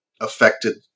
affected